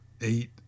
Eight